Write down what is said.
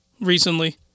recently